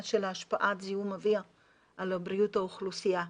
השפעת זיהום האוויר על בריאות האוכלוסייה,